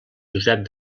josep